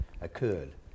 occurred